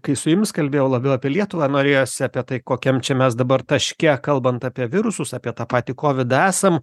kai su jumis kalbėjau labiau apie lietuvą norėjosi apie tai kokiam čia mes dabar taške kalbant apie virusus apie tą patį kovidą esam